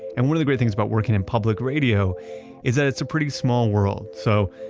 and one of the great things about working in public radio is that it's a pretty small world. so,